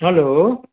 hello